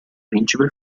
principe